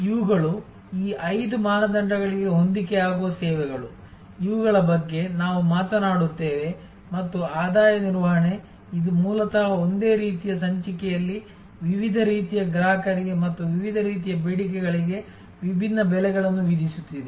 ಇವುಗಳು ಈ ಐದು ಮಾನದಂಡಗಳಿಗೆ ಹೊಂದಿಕೆಯಾಗುವ ಸೇವೆಗಳು ಇವುಗಳ ಬಗ್ಗೆ ನಾವು ಮಾತನಾಡುತ್ತೇವೆ ಮತ್ತು ಆದಾಯ ನಿರ್ವಹಣೆ ಇದು ಮೂಲತಃ ಒಂದೇ ರೀತಿಯ ಸಂಚಿಕೆಯಲ್ಲಿ ವಿವಿಧ ರೀತಿಯ ಗ್ರಾಹಕರಿಗೆ ಮತ್ತು ವಿವಿಧ ರೀತಿಯ ಬೇಡಿಕೆಗಳಿಗೆ ವಿಭಿನ್ನ ಬೆಲೆಗಳನ್ನು ವಿಧಿಸುತ್ತಿದೆ